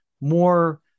more